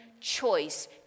choice